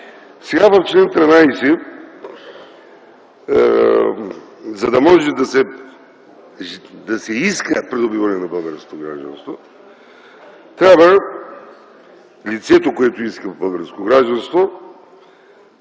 Сега в чл. 13, за да може да се иска придобиване на българско гражданство трябва лицето, което иска българско гражданство,